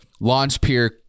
Launchpeer